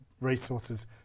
resources